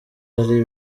hari